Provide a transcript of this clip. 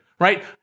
right